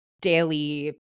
daily